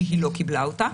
שהיא לא קיבלה אותה,